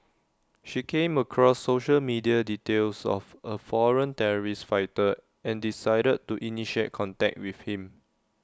she came across social media details of A foreign terrorist fighter and decided to initiate contact with him